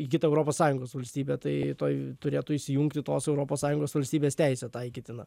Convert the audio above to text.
į kitą europos sąjungos valstybę tai tuoj turėtų įsijungti tos europos sąjungos valstybės teisė taikytina